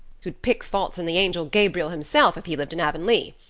who'd pick faults in the angel gabriel himself if he lived in avonlea.